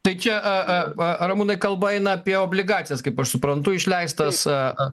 tai čia a a a ramūnai kalba eina apie obligacijas kaip aš suprantu išleistas